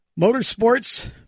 motorsports